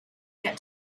get